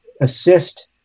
assist